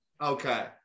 Okay